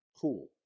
cool